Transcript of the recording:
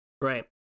right